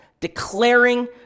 declaring